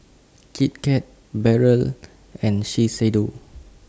Kit Kat Barrel and Shiseido